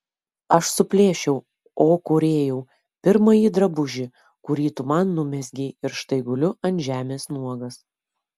aš suplėšiau o kūrėjau pirmąjį drabužį kurį tu man numezgei iš štai guliu ant žemės nuogas